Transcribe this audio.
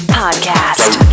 podcast